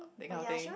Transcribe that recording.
that kind of thing